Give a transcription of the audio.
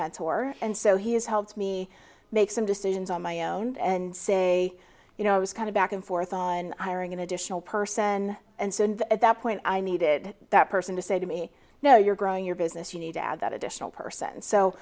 mentor and so he has helped me make some decisions on my own and say you know i was kind of back and forth on ironing an additional person and so at that point i needed that person to say to me now you're growing your business you need to add that additional person so